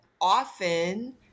often